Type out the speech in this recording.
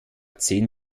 zehn